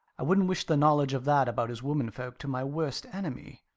i wouldn't wish the knowledge of that about his womenfolk to my worst enemy.